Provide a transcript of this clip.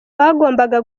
bagombaga